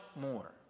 more